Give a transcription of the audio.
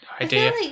idea